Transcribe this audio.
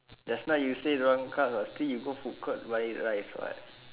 just now you say don't want carbs [what] still you go food court buy rice [what]